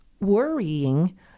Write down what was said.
worrying